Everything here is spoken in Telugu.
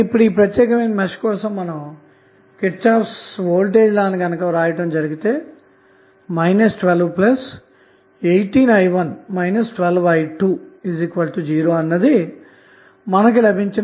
ఇప్పుడు ఈ ప్రత్యేకమైన మెష్ కోసం KVL ను వ్రాస్తే 1218i1 12i20 లభిస్తుంది